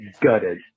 gutted